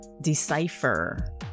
decipher